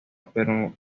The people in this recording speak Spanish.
pero